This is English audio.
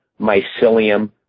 mycelium